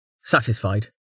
Satisfied